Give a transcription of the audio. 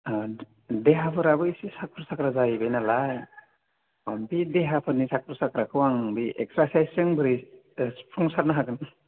देहाफोराबो एसे साख्रु साग्रा जाहैबाय नालाय बे देहाफोर साग्रु साग्राखौ आं बे एकसारसाइसजों बोरै सुफुंसारनो हागोन